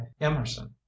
emerson